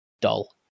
dull